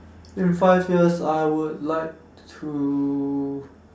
in five years I would like to